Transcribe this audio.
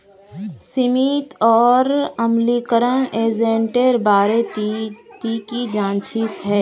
सीमित और अम्लीकरण एजेंटेर बारे ती की जानछीस हैय